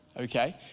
okay